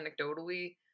anecdotally